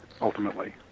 ultimately